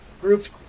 groups